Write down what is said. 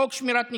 חוק שמירת ניקיון: